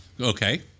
okay